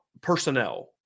personnel